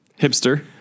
Hipster